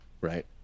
Right